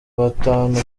batanu